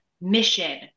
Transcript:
mission